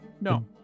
No